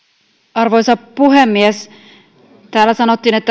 arvoisa puhemies täällä sanottiin että